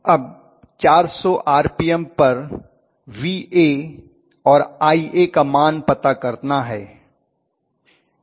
अब 400 आरपीएम पर Va और Ia का मान पता करना है